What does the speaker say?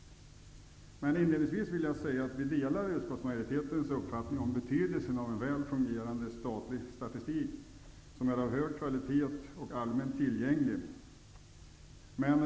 Inledningsvis vill jag säga att vi delar utskottsmajoritetens uppfattning om betydelsen av en väl fungerande statlig statistik som är av hög kvalitet och allmänt tillgänglig.